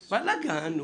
לבלגן.